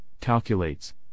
calculates